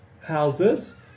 houses